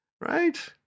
Right